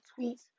tweets